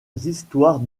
histoires